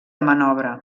manobre